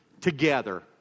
together